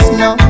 no